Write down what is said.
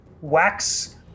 wax